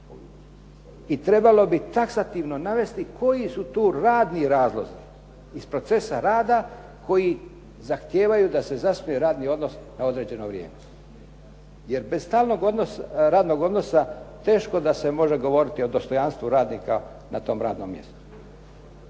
I trebalo bi taksativno navesti koji su tu radni razlozi iz procesa rada koji zahtijevaju da se zasnuje radni odnos na određeno vrijeme. Jer bez stalnog radnog odnosa teško da se može govoriti o dostojanstvu radnika na tom radnom mjestu.